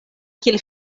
kiel